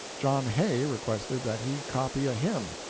john hay requested that he copy a hymn,